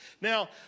Now